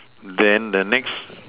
then the next